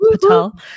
Patel